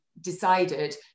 decided